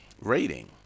rating